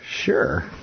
Sure